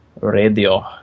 Radio